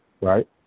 right